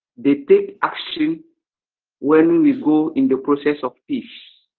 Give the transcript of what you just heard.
they take action when we go in the process of peace